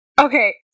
Okay